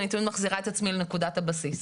אני תמיד מחזירה את עצמי לנקודת הבסיס.